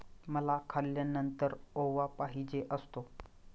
मला खाल्यानंतर ओवा पाहिजे असतो